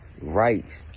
right